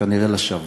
כנראה לשווא.